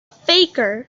faker